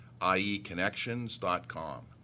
ieconnections.com